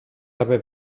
dabei